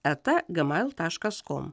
eta gie mail taškas kom